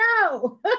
no